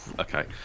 Okay